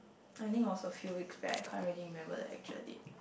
I think also a few weeks back I can't really remember the actual date